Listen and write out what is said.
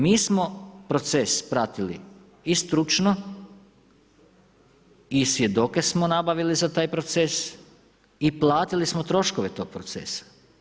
Mi smo proces pratili i stručno i svjedoke smo nabavili za taj proces i platili smo troškove tog procesa.